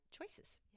choices